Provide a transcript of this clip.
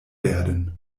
werden